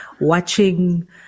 watching